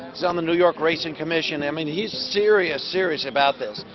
on the new york racing commission. i mean he's serious serious about this.